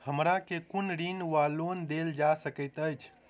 हमरा केँ कुन ऋण वा लोन देल जा सकैत अछि?